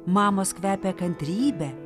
mamos kvepia kantrybe